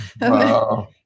Wow